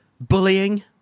bullying